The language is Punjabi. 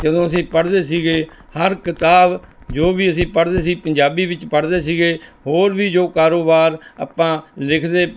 ਜਦੋਂ ਅਸੀਂ ਪੜ੍ਹਦੇ ਸੀਗੇ ਹਰ ਕਿਤਾਬ ਜੋ ਵੀ ਅਸੀਂ ਪੜ੍ਹਦੇ ਸੀ ਪੰਜਾਬੀ ਵਿੱਚ ਪੜ੍ਹਦੇ ਸੀਗੇ ਹੋਰ ਵੀ ਜੋ ਕਾਰੋਬਾਰ ਆਪਾਂ ਲਿਖਦੇ